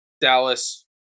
Dallas